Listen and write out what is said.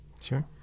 Sure